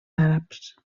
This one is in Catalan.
àrabs